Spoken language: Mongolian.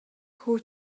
хүү